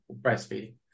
breastfeeding